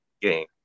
game